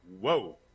Whoa